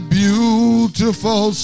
beautiful